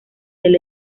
del